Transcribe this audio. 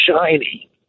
shiny